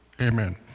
Amen